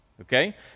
Okay